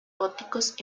góticos